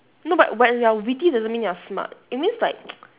not but when you're witty doesn't mean you're smart it means like